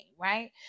right